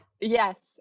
Yes